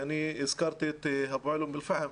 הזכרתי את קבוצת אום אל פאחם.